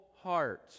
heart